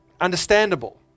understandable